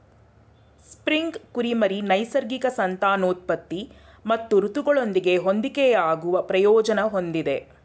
spring ಕುರಿಮರಿ ನೈಸರ್ಗಿಕ ಸಂತಾನೋತ್ಪತ್ತಿ ಮತ್ತು ಋತುಗಳೊಂದಿಗೆ ಹೊಂದಿಕೆಯಾಗುವ ಪ್ರಯೋಜನ ಹೊಂದಿದೆ